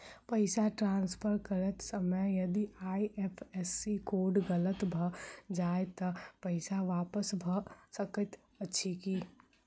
पैसा ट्रान्सफर करैत समय यदि आई.एफ.एस.सी कोड गलत भऽ जाय तऽ पैसा वापस भऽ सकैत अछि की?